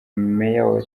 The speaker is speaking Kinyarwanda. mayor